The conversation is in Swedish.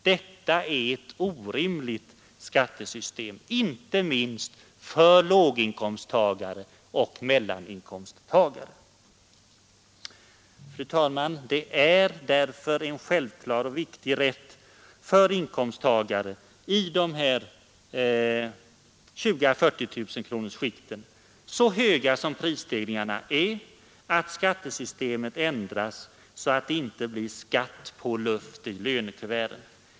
Detta är ett orimligt skattesystem, inte minst för låginkomsttagare och inkomsttagare i mellanskikten. Så höga som prisstegringarna blivit, är det en självklar och viktig rätt för inkomsttagare i 20 000-40 000-kronorsskikten att skattesystemet ändras. Det får inte vara skatt på luft i lönekuverten!